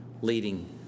leading